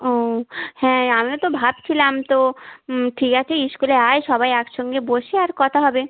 ও হ্যাঁ আমিও তো ভাবছিলাম তো ঠিক আছে স্কুলে আয় সবাই একসঙ্গে বসে আর কথা হবে